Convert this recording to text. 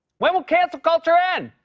when will cancel culture end?